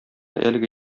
әлеге